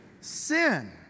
Sin